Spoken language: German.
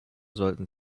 sollten